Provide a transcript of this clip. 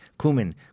cumin